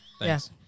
Yes